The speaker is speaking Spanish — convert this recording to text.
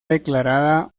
declarada